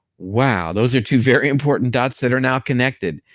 wow, those are two very important dots that are now connected,